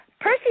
Percy